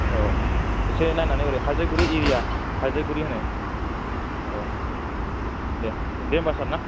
औ एसे नायनानै ओरै हायज्रायगुरि एरिया हायज्रायगुरि होनो औ दे दे होनबा सार ना